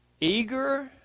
Eager